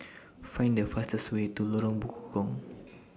Find The fastest Way to Lorong Bekukong